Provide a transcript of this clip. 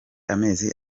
amezi